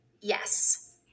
yes